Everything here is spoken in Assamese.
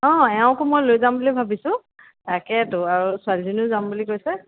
অঁ এওঁকো মই লৈ যাম বুলি ভাবিছোঁ তাকেইতো আৰু ছোৱালীজনীও যাম বুলি কৈছে